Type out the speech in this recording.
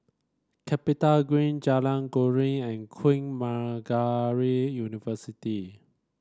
CapitaGreen Jalan Keruing and Queen Margaret University